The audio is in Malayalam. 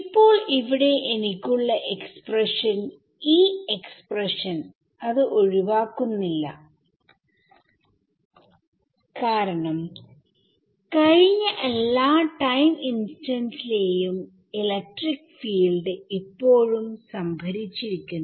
ഇപ്പോൾ ഇവിടെ എനിക്കുള്ള എക്സ്പ്രഷൻ ഈ എക്സ്പ്രഷൻ അത് ഒഴിവാക്കുന്നില്ല കാരണംകഴിഞ്ഞ എല്ലാ ടൈം ഇൻസ്റ്റൻസസിലെയും ഇലക്ട്രിക് ഫീൽഡ് ഇപ്പോഴും സംഭരിചിരിക്കുന്നു